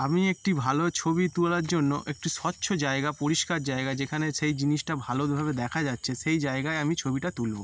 আমি একটি ভালো ছবি তোলার জন্য একটি স্বচ্ছ জায়গা পরিষ্কার জায়গা যেখানে সেই জিনিসটা ভালোভাবে দেখা যাচ্ছে সেই জায়গায় আমি ছবিটা তুলবো